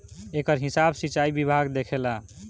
एकर हिसाब सिंचाई विभाग देखेला